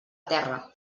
terra